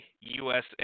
USA